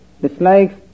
dislikes